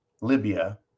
Libya